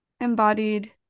embodied